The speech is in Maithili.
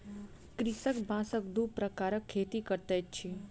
कृषक बांसक दू प्रकारक खेती करैत अछि